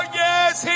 yes